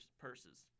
purses